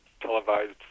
televised